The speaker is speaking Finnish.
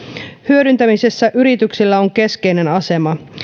hyödyntämisessä yrityksillä on keskeinen asema